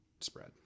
spread